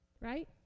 Right